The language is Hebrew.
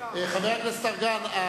חבר הכנסת ארדן,